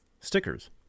stickers